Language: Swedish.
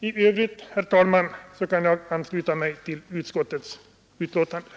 I övrigt, herr talman, kan jag ansluta mig till utskottets hemställan.